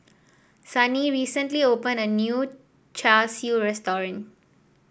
Sunny recently opened a new Char Siu restaurant